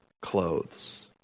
clothes